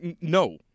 No